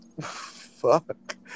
Fuck